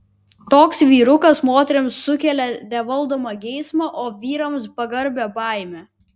toks vyrukas moterims sukelia nevaldomą geismą o vyrams pagarbią baimę